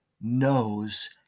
knows